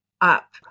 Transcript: up